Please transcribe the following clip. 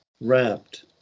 wrapped